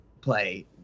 play